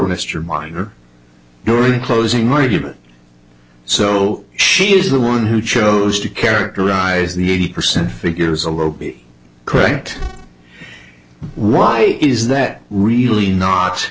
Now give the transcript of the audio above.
mr binder during closing argument so she is the one who chose to characterize the eighty percent figures over correct why is that really not